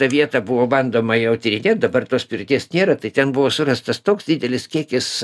tą vietą buvo bandoma jau tyrinėt dabar tos pirties nėra tai ten buvo surastas toks didelis kiekis